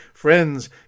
Friends